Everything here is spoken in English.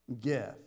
gift